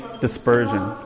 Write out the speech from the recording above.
dispersion